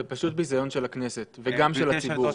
זה פשוט ביזיון של הכנסת ושל הציבור.